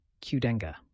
Qdenga